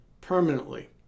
permanently